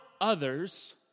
others